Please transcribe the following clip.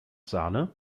sahne